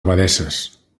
abadesses